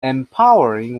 empowering